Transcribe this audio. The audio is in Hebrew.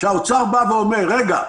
שמשרד האוצר אומר: רגע,